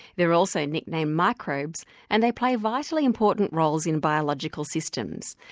they're also nicknamed microbes, and they play vitally important roles in biological systems.